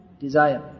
desire